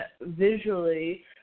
visually